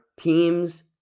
Team's